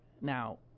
Now